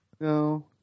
No